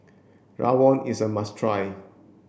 Rawon is a must try